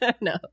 No